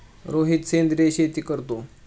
रोहित सेंद्रिय शेती करतो